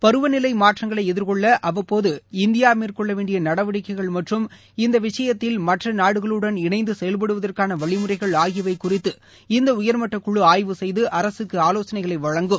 பருவநிலை மாற்றங்களை எதிர்கொள்ள அவ்வப்போது இந்தியா மேற்கொள்ள வேண்டிய நடவடிக்கைகள் மற்றும் இந்த விஷயத்தில் மற்ற நாடுகளுடன் இணைந்து செயல்படுவதற்கான வழிமுறைகள் ஆகியவை குறித்து இந்த உயர்மட்ட குழு ஆய்வு செய்து அரசுக்கு ஆலோசனைகளை வழங்கும்